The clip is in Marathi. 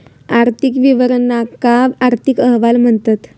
आर्थिक विवरणांका आर्थिक अहवाल म्हणतत